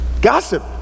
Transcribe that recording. Gossip